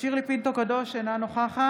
שירלי פינטו קדוש, אינה נוכחת